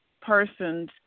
persons